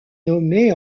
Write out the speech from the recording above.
nommée